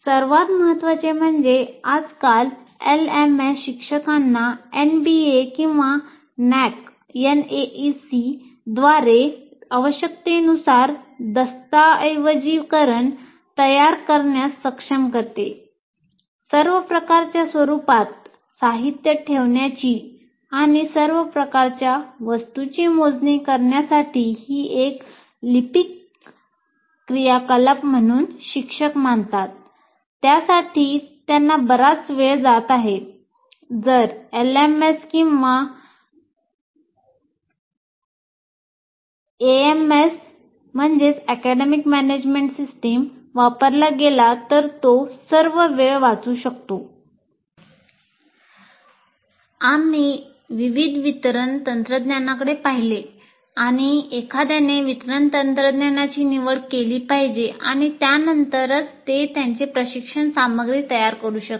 सर्वात महत्वाचे म्हणजे आजकाल एलएमएस वापरला गेला तर तो सर्व वेळ वाचू शकतो आम्ही विविध वितरण तंत्रज्ञानाकडे पाहिले आणि एखाद्याने वितरण तंत्रज्ञानाची निवड केली पाहिजे आणि त्यानंतरच ते त्यांचे प्रशिक्षण सामग्री तयार करू शकतील